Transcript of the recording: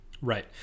Right